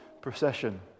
procession